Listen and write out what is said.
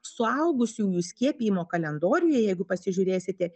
suaugusiųjų skiepijimo kalendoriuje jeigu pasižiūrėsite